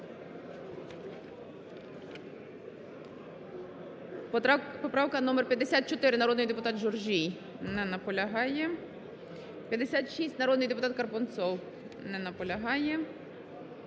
Поправка номер 54, народний депутат Журжій. Не наполягає. 56, народний депутат Карпунцов. Не наполягає.